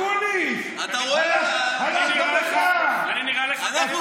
אקוניס, הלכת, אני נראה לך באֵבֶל?